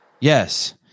Yes